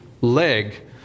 leg